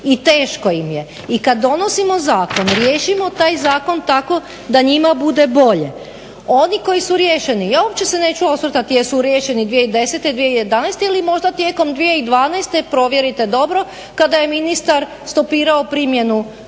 i teško im je i kad donosimo zakon riješimo taj zakon tako da njima bude bolje. Oni koji su riješeni, ja uopće se neću osvrtati jesu riješeni 2010., 2011. ili možda tijekom 2012. provjerite dobro kada je ministar stopirao primjenu